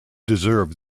deserve